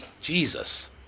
Jesus